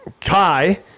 Kai